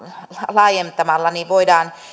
laajentamalla voidaan